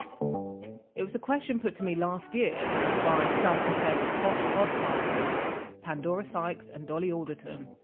it was a question put to me last year by self confessed posh podcasters pandora sykes and dolly alderton,